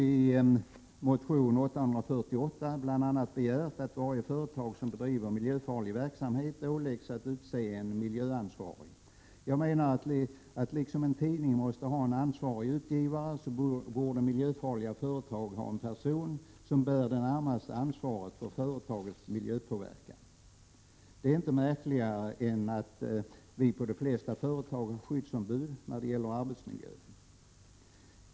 I motion Jo848 har jag bl.a. begärt att varje företag som bedriver miljöfarlig verksamhet åläggs att utse en miljöansvarig. Jag menar att liksom en tidning måste ha en ansvarig utgivare borde miljöfarliga företag ha en person som bär det närmaste ansvaret för företagets miljöpåverkan. Detta är inte märkligare än att vi på de flesta företag har skyddsombud när det gäller arbetsmiljön.